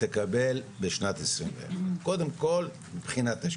תקבל בשנת 2021. קודם כל מבחינת השקיפות.